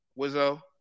Wizzo